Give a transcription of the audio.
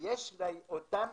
ואותם